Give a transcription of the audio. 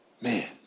Man